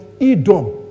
Edom